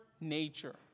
nature